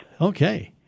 Okay